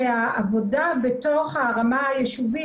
כאשר העבודה בתוך הרמה היישובית,